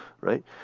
right